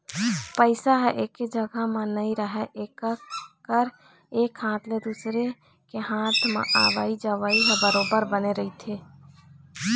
पइसा ह एके जघा म नइ राहय एकर एक हाथ ले दुसर के हात म अवई जवई ह बरोबर बने रहिथे